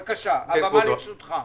בבקשה, הבמה לרשותך.